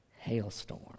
hailstorm